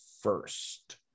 first